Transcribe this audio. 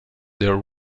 their